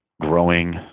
growing